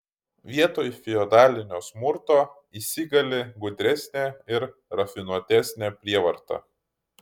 vietoj feodalinio smurto įsigali gudresnė ir rafinuotesnė prievarta